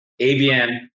ABM